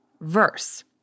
verse